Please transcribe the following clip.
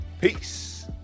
Peace